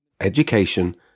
Education